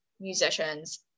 musicians